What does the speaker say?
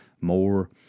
More